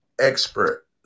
expert